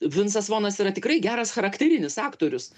vincas vonas yra tikrai geras charakterinis aktorius